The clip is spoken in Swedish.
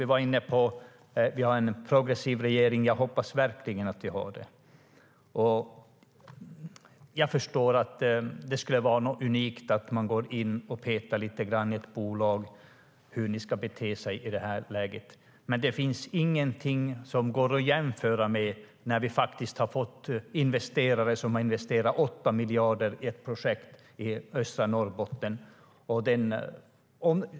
Vi var inne på att vi har en progressiv regering, och jag hoppas verkligen att vi har det. Jag förstår att det skulle vara unikt att gå in och peta i hur ett bolag ska bete sig i detta läge, men inget går att jämföra med att vi har fått investerare att investera 8 miljarder i ett projekt i östra Norrbotten.